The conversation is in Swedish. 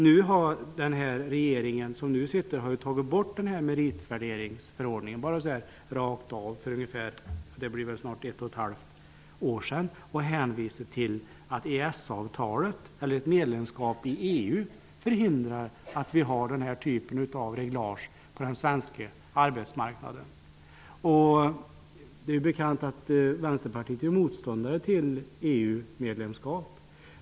Den nu sittande regeringen har för snart ett och ett halvt år sedan utan vidare avskaffat meritvärderingsförordningen med hänvisning till att EES-avtalet eller ett medlemskap i EU förhindrar denna typ av regleringar på den svenska arbetsmarknaden. Som bekant är Vänsterpartiet motståndare till EU medlemskap.